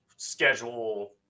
schedule